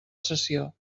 sessió